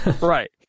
Right